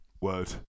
word